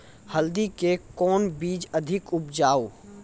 हल्दी के कौन बीज अधिक उपजाऊ?